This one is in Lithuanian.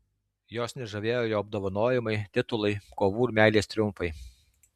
jos nežavėjo jo apdovanojimai titulai kovų ir meilės triumfai